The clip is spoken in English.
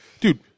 Dude